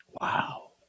Wow